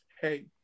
hey